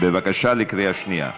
בבקשה, בקריאה שנייה.